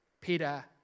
Peter